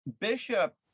bishop